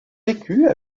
vécut